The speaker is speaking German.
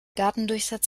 datendurchsatz